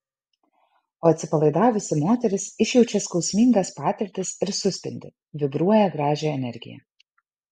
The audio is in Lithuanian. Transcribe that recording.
o atsipalaidavusi moteris išjaučia skausmingas patirtis ir suspindi vibruoja gražią energiją